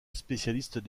spécialistes